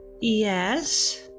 Yes